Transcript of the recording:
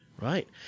Right